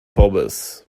pommes